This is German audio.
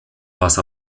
was